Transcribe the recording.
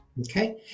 Okay